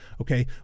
okay